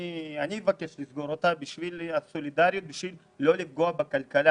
אני אבקש לסגור אותה כדי לא לפגוע בכלכלה.